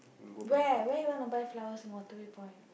where where you want to buy flowers in Waterway-Point